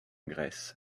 grèce